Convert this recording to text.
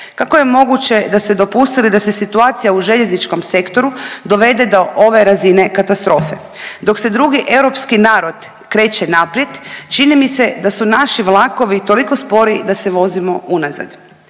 Kako je moguće da ste dopustili da se situacija u željezničkom sektoru dovede do ove razine katastrofe? Dok se drugi europski narod kreće naprijed, čini mi se da su naši vlakovi toliko spori da se vozimo unazad.